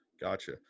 gotcha